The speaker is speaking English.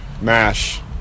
Mash